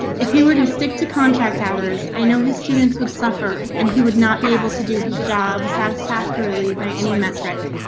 if he were to stick to contract hours, i know his students would suffer and he would not be able to do his job satisfactorily by any metric.